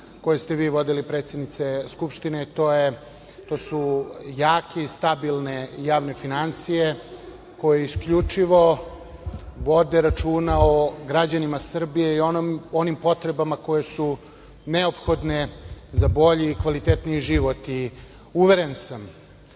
koje ste vi vodili, predsednice Skupštine, to su jake i stabilne javne finansije koje isključivo vode računa o građanima Srbije i onim potrebama koje su neophodne za bolji i kvalitetniji život. Uveren sam